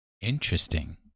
Interesting